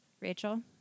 Rachel